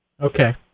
Okay